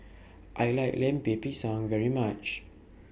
I like Lemper Pisang very much